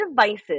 devices